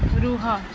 ରୁହ